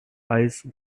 eyes